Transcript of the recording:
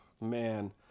man